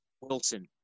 Wilson